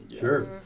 Sure